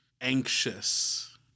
anxious